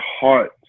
heart